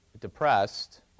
depressed